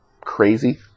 crazy